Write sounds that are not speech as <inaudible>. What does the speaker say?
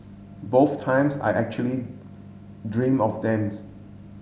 both times I actually dream of <unintelligible>